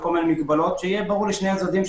שיהיה ברור לשני הצדדים,